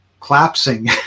collapsing